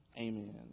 Amen